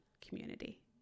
community